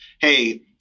hey